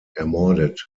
ermordet